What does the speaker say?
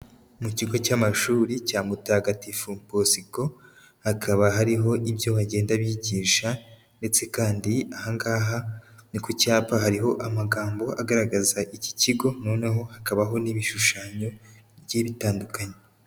Mu kigo cy'amashuri cya Mutagatifu Bosiko, hakaba hariho ibyo bagenda bigisha ndetse kandi aha ngaha ni ku cyapa hariho amagambo agaragaza iki kigo, noneho hakabaho n'ibishushanyo bigiye bitandukanye